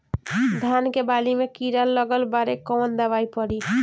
धान के बाली में कीड़ा लगल बाड़े कवन दवाई पड़ी?